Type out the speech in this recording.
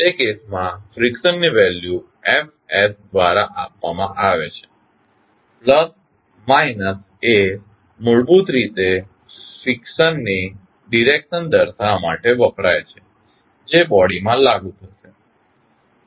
તે કેસમાં ફ્રીક્શનની વેલ્યુ F દ્વારા આપવામાં આવે છે પ્લસ માઇનસ એ મૂળભૂત રીતે ફ્રીક્શનની ડિરેક્શન દર્શાવવા માટે વપરાય છે જે બોડીમાં લાગુ થશે